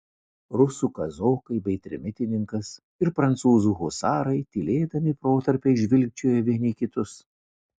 rusų kazokai bei trimitininkas ir prancūzų husarai tylėdami protarpiais žvilgčiojo vieni į kitus